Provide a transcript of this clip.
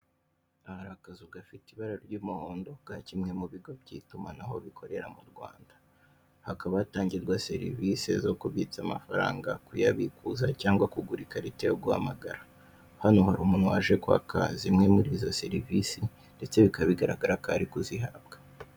Aha, hari akazu gafite ibara ry'umuhondo ka kimwe mu bigo by'itumanaho bikorera mu Rwanda; hakaba hatangirwa serivise zo kubitsa amafaranga, kuyabikuza cyangwa kugura ikarita yo guhamagara. Hano hari umuntu waje kwaka zimwe muri izo serivise ndetse bikaba bigaragara ko ari kuzihabwa.